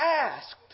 asked